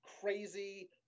crazy